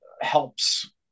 helps